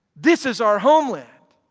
this is our homeland,